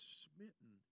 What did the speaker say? smitten